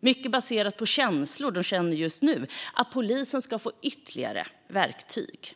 mycket baserat på nuvarande känslor, att polisen ska få ytterligare verktyg.